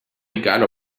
egal